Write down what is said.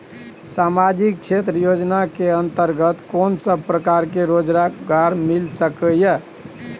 सामाजिक क्षेत्र योजना के अंतर्गत कोन सब प्रकार के रोजगार मिल सके ये?